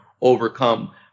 overcome